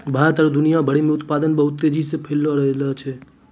भारत आरु दुनिया भरि मे उत्पादन बहुत तेजी से फैली रैहलो छै